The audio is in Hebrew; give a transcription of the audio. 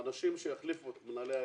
האנשים שיחליפו את מנהלי הוועדות,